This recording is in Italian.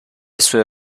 sue